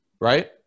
right